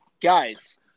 Guys